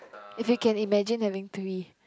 if you can imagine that link to me